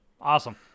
Awesome